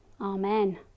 Amen